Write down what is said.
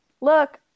look